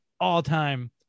all-time